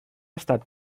estat